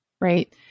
right